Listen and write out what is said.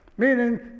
Meaning